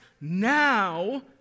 now